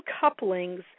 couplings